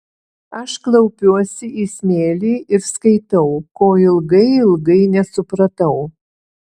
aš klaupiuosi į smėlį ir skaitau ko ilgai ilgai nesupratau